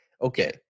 okay